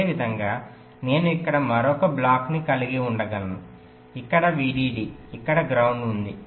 అదేవిధంగా నేను ఇక్కడ మరొక బ్లాక్ను కలిగి ఉండగలను ఇక్కడ VDD ఇక్కడ గ్రౌండ్ ఉంది